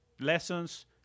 lessons